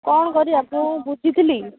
କ'ଣ କରିବା ମୁଁ ବୁଝିଥିଲି